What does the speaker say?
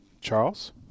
charles